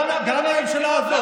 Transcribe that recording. גם הממשלה הזאת,